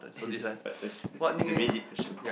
it's a very deep question